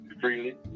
freely